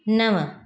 नव